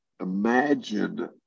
imagine